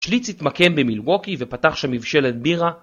שליץ התמקם במילווקי ופתח שם מבשלת בירה.